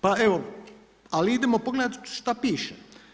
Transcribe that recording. Pa evo, ali idemo pogledati šta piše.